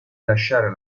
lasciare